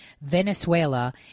Venezuela